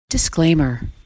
Disclaimer